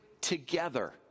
together